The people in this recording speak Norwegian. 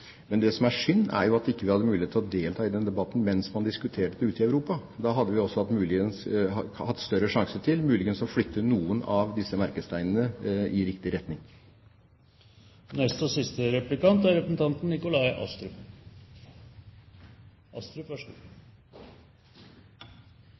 Det som er synd, er at vi ikke hadde mulighet til å delta i den debatten mens man diskuterte det ute i Europa. Da hadde vi også hatt større sjanse til muligens å flytte noen av disse merkesteinene i riktig retning. Representanten Hansen og jeg er enige om mye når det gjelder EU. Vi er